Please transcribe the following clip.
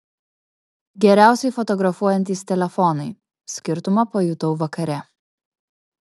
geriausiai fotografuojantys telefonai skirtumą pajutau vakare